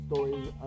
Stories